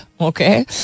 okay